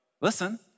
Listen